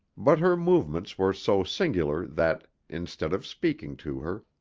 but her movements were so singular that, instead of speaking to her,